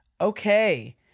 Okay